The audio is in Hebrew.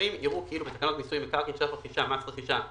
- יראו כאילו בתקנות מיסוי מקרקעין (שבח ורכישה) (מס רכישה),